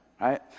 right